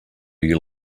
you